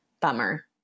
Bummer